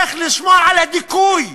איך לשמור על הדיכוי,